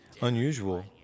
unusual